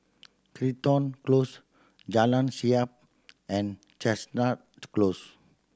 town Close Jalan Siap and Chestnut Close